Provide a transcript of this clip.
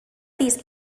these